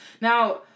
Now